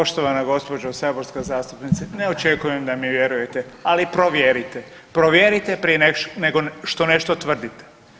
Poštovana gđo. saborska zastupnice, ne očekujem da mi vjerujete, ali provjerite, provjerite prije nego što nešto tvrdite.